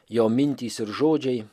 jo mintys ir žodžiai